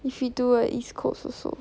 if you do a east coast also